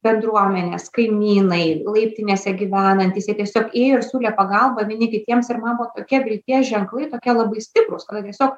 bendruomenės kaimynai laiptinėse gyvenantys jie tiesiog ėjo ir siūlė pagalbą vieni kitiems ir man buvo tokie vilties ženklai tokie labai stiprūs kada tiesiog